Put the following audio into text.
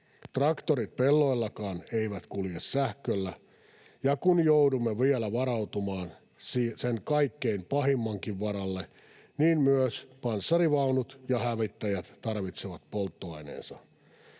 Traktorit pelloillakaan eivät kulje sähköllä, ja kun joudumme vielä varautumaan sen kaikkein pahimmankin varalle, niin myös panssarivaunut ja hävittäjät tarvitsevat polttoaineensa.